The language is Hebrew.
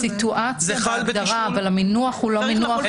הסיטואציה בהגדרה אבל המינוח הוא לא מינוח.